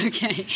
Okay